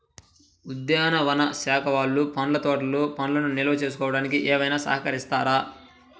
ఉద్యానవన శాఖ వాళ్ళు పండ్ల తోటలు పండ్లను నిల్వ చేసుకోవడానికి ఏమైనా సహకరిస్తారా?